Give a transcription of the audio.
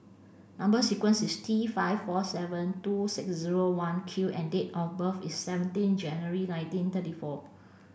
number sequence is T five four seven two six zero one Q and date of birth is seventeen January nineteen thirty four